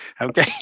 Okay